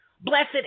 Blessed